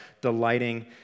delighting